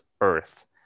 earth